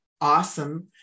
awesome